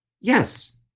yes